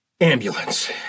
Ambulance